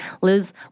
Liz